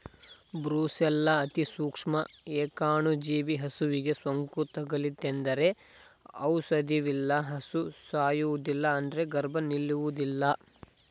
brucella ಅತಿಸೂಕ್ಷ್ಮ ಏಕಾಣುಜೀವಿ ಹಸುವಿಗೆ ಸೋಂಕು ತಗುಲಿತೆಂದರೆ ಔಷಧವಿಲ್ಲ ಹಸು ಸಾಯುವುದಿಲ್ಲ ಆದ್ರೆ ಗರ್ಭ ನಿಲ್ಲುವುದಿಲ್ಲ